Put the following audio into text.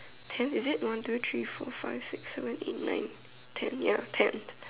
ten is it one two three four five six seven eight nine ten ya ten